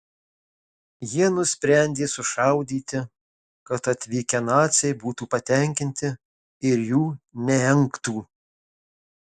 jie nusprendė sušaudyti kad atvykę naciai būtų patenkinti ir jų neengtų